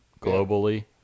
globally